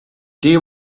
day